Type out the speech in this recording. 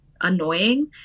annoying